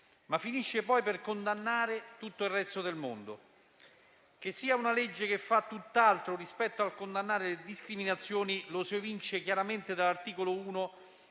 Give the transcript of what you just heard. ma finisce per condannare tutto il resto del mondo. Che sia una legge che fa tutt'altro rispetto al condannare le discriminazioni lo si evince chiaramente dall'articolo 1